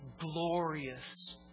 glorious